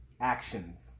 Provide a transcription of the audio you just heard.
actions